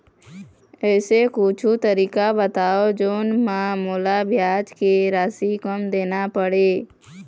ऐसे कुछू तरीका बताव जोन म मोला ब्याज के राशि कम देना पड़े?